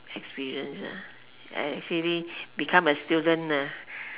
experience I actually become a student